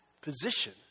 position